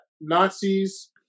Nazis